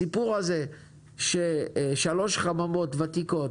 הסיפור הזה ששלוש חממות ותיקות